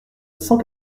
cent